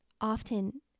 often